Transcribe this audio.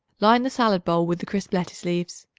line the salad bowl with the crisp lettuce leaves.